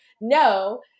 no